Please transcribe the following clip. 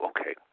okay